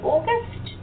August